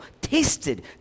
tasted